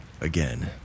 again